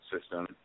system